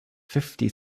fifty